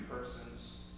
persons